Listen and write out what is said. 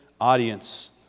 audience